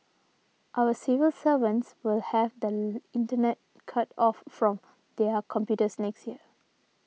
our civil servants will have the internet cut off from their computers next year